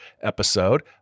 episode